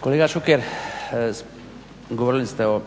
Kolega Šuker govorili ste o